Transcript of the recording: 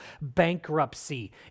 bankruptcy